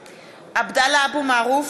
(קוראת בשמות חברי הכנסת) עבדאללה אבו מערוף,